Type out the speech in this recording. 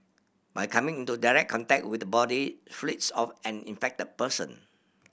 by coming into direct contact with the body fluids of an infected person